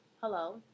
hello